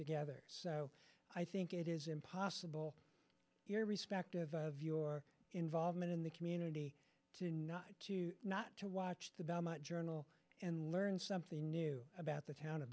together so i think it is impossible here respective of your involvement in the community to not to not to watch the journal and learn something new about the town of